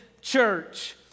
church